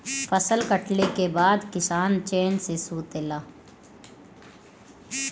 फसल कटले के बाद किसान चैन से सुतेला